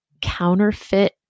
counterfeit